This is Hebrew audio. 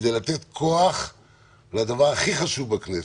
כדי לתת כוח לדבר הכי חשוב בכנסת.